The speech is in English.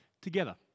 together